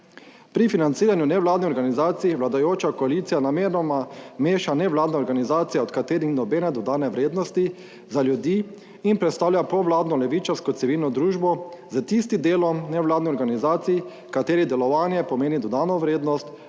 Pri financiranju nevladnih organizacij. Vladajoča koalicija namenoma meša nevladne organizacije, od katerih ni nobene dodane vrednosti za ljudi, in predstavlja povladno levičarsko civilno družbo s tistim delom nevladnih organizacij, katerih delovanje pomeni dodano vrednost,